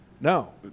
No